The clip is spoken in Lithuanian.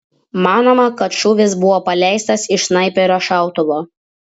manoma kad šūvis buvo paleistas iš snaiperio šautuvo